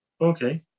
Okay